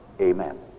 Amen